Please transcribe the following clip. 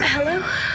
Hello